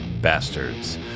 Bastards